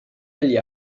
agli